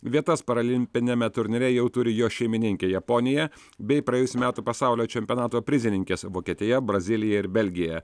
vietas paralimpiniame turnyre jau turi jo šeimininkė japonija bei praėjusių metų pasaulio čempionato prizininkės vokietija brazilija ir belgija